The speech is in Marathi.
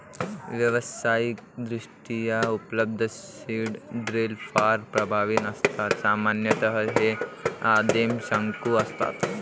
व्यावसायिकदृष्ट्या उपलब्ध सीड ड्रिल फार प्रभावी नसतात सामान्यतः हे आदिम शंकू असतात